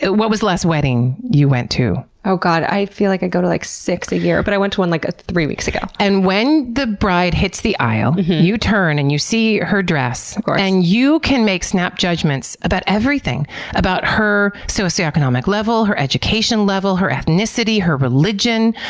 and what was the last wedding you went to? oh god. i feel like i go to, like, six a year, but i went to one, like, three weeks ago. and when the bride hits the aisle, you turn and you see her dress and you can make snap judgments about everything about her socioeconomic level, her education level, her ethnicity, her religion,